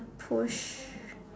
push